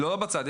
לא בצד,